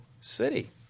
city